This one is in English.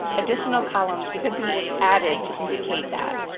additional columns could be added to indicate that.